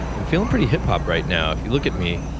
i'm feeling pretty hip-hop right now if you look at me.